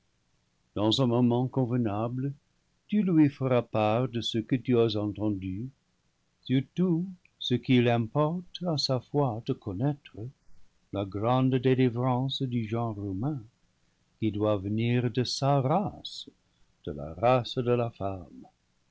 dans un moment convenable tu lui feras part de ce que tu as entendu surtout ce qu'il importe à sa foi de connaître la grande délivrance du genre humain qui doit venir de sa race de la race de la femme